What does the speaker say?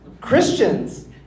Christians